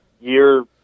year